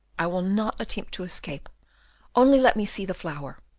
i will not attempt to escape only let me see the flower.